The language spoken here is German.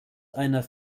einer